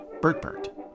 Bertbert